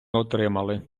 отримали